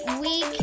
week